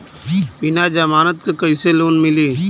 बिना जमानत क कइसे लोन मिली?